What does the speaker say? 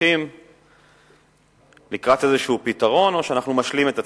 הולכים לקראת איזה פתרון או שאנחנו משלים את עצמנו,